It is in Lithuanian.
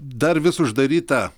dar vis uždaryta